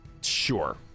sure